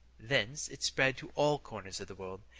thence it spread to all corners of the world,